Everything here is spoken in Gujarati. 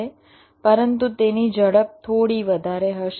પરંતુ તેની ઝડપ થોડી વધારે હશે